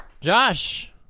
Josh